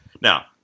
now